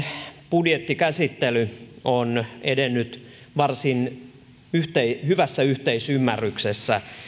budjettikäsittely on edennyt varsin hyvässä yhteisymmärryksessä